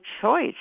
choice